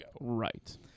Right